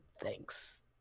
thanks